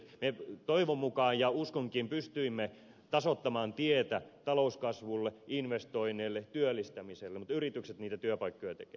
me toivon mukaan ja niin uskonkin pystyimme tasoittamaan tietä talouskasvulle investoinneille työllistämiselle mutta yritykset niitä työpaikkoja tekevät